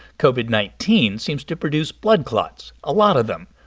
covid nineteen seems to produce blood clots a lot of them.